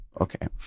Okay